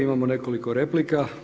Imamo nekoliko replika.